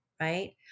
right